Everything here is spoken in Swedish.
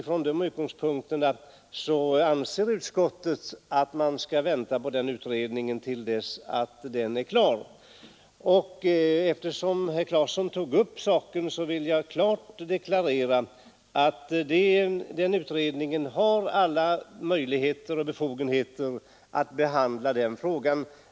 Från dessa utgångspunkter anser utskottet att man skall vänta till dess att denna utredning är klar. Eftersom herr Claeson tog upp saken, vill jag klart deklarera att denna utredning har alla möjligheter och befogenheter att behandla frågan.